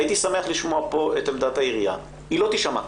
הייתי שמח לשמוע כאן את עמדת העירייה אבל משום מה היא לא תישמע כאן.